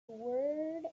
word